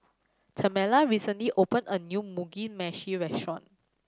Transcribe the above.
Tamela recently opened a new Mugi Meshi restaurant